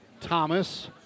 Thomas